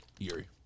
Yuri